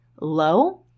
low